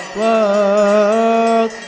world